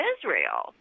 Israel